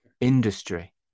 Industry